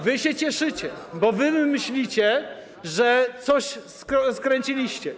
Wy się cieszycie, bo wy myślicie, że coś skręciliście.